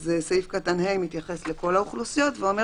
סעיף קטן (ה) מתייחס לכל האוכלוסיות ואומר